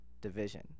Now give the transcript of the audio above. division